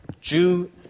Jew